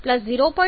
02 O2 0